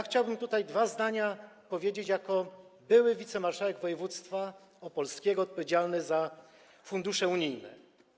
Chciałbym tutaj dwa zdania powiedzieć jako były wicemarszałek województwa opolskiego odpowiedzialny za fundusze unijne.